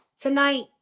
Tonight